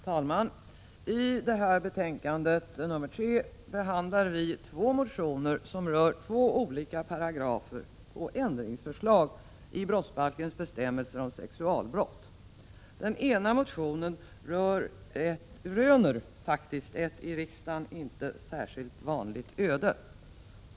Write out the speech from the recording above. Herr talman! I justitieutskottets betänkande 3 behandlas två motioner som rör två olika paragrafer och ändringsförslag i brottsbalkens bestämmelser om sexualbrott. Den ena motionen röner faktiskt ett i riksdagen inte särskilt vanligt öde.